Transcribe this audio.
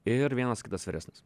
ir vienas kitas vyresnis